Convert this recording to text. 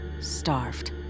starved